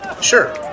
Sure